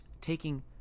taking